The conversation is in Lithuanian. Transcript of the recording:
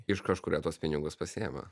iš kažkur jie tuos pinigus pasiema